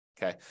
Okay